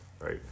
right